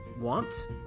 want